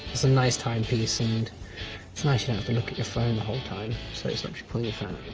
it's a nice timepiece and it's nice you don't have to look at your phone the whole time so it stops you pulling your phone